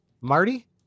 Marty